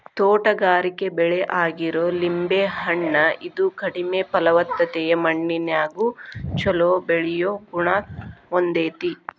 ತೋಟಗಾರಿಕೆ ಬೆಳೆ ಆಗಿರೋ ಲಿಂಬೆ ಹಣ್ಣ, ಇದು ಕಡಿಮೆ ಫಲವತ್ತತೆಯ ಮಣ್ಣಿನ್ಯಾಗು ಚೊಲೋ ಬೆಳಿಯೋ ಗುಣ ಹೊಂದೇತಿ